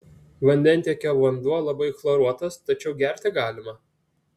vandentiekio vanduo labai chloruotas tačiau gerti galima